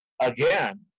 Again